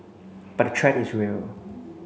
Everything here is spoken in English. but threat is real